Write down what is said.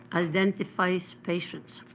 identifies patients.